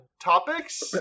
topics